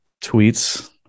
tweets